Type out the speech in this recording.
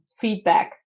Feedback